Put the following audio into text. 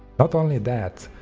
not only that,